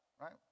Right